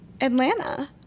Atlanta